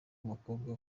umukobwa